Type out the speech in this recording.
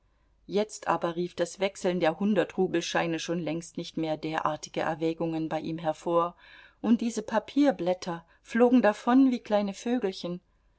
jetzt aber rief das wechseln der hundertrubelscheine schon längst nicht mehr derartige erwägungen bei ihm hervor und diese papierblätter flogen davon wie kleine vögelchen